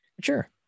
Sure